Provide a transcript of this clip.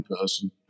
person